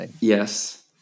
yes